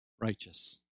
righteous